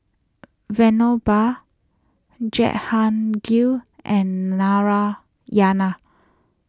Vinoba Jehangirr and Narayana